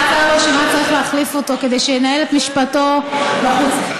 הבא ברשימה צריך להחליף אותו כדי שינהל את משפטו בחוץ.